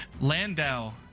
landau